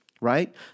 right